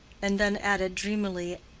and then added dreamily,